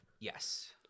Yes